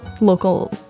local